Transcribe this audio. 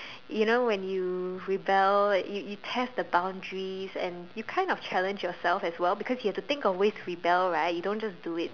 you know when you rebel you you test the boundaries and you kind of challenge yourself as well because you have to think of ways to rebel right you don't just do it